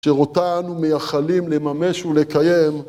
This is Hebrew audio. שירותן, מייחלים לממש ולקיים